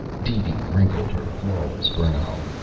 deedee wrinkled her flawless brow.